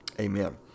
Amen